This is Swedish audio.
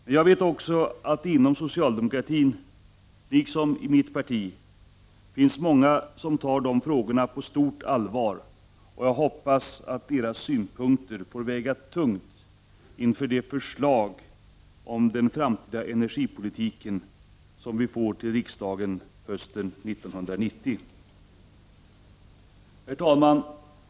Men jag vet också att det inom socialdemokratin, liksom i mitt parti, finns många som tar de frågorna på stort allvar, och jag hoppas att deras synpunkter får väga tungt inför det förslag om den framtida energipolitiken som vi får till riksdagen 1990. Herr talman!